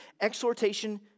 exhortation